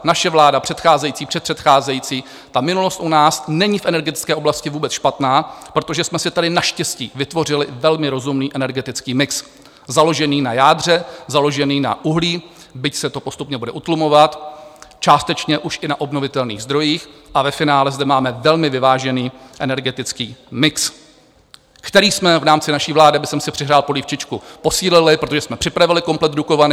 Naše vláda, předcházející, předpředcházející ta minulost u nás není v energetické oblasti vůbec špatná, protože jsme si tady naštěstí vytvořili velmi rozumný energetický mix založený na jádře, založený na uhlí, byť se to postupně bude utlumovat, částečně už i na obnovitelných zdrojích, a ve finále zde máme velmi vyvážený energetický mix, který jsme v rámci naší vlády, abych si přihřál polívčičku, posílili, protože jsme připravili komplet Dukovany.